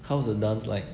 how's the dance like